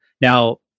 now